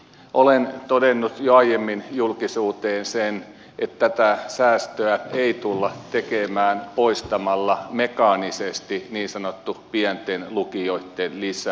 olen todennut jo aiemmin julkisuuteen sen että tätä säästöä ei tulla tekemään poistamalla mekaanisesti niin sanottu pienten lukioitten lisä